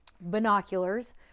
binoculars